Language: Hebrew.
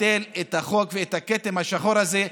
לבטל את החוק ואת הכתם השחור הזה,